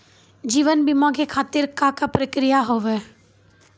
जीवन बीमा के खातिर का का प्रक्रिया हाव हाय?